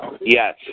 Yes